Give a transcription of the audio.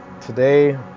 today